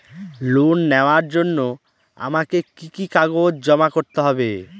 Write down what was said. Loan নেওয়ার জন্য আমাকে কি কি কাগজ জমা করতে হবে?